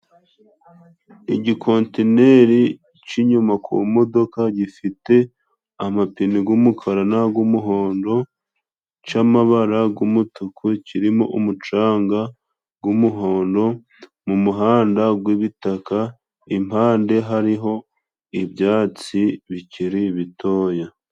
Igikontineri c'inyuma ku modoka， gifite amapine g'umukara n'ag'umuhondo， c'amabara g'umutuku，cirimo umucanga g'umuhondo，mu muhanda gw'ibitaka，impande hariho ibyatsi bikiri bitoya.